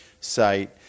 Site